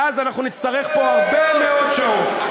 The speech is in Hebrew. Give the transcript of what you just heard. ואז אנחנו נצטרך פה הרבה מאוד שעות.